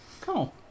Cool